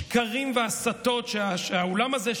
שקרים והסתות שהאולם הזה,